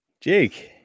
Jake